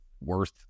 worth